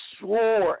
sword